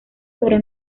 pero